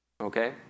Okay